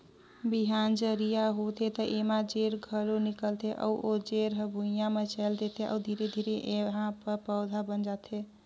बिहान जरिया होथे त एमा जेर घलो निकलथे अउ ओ जेर हर भुइंया म चयेल देथे अउ धीरे धीरे एहा प पउधा बन जाथे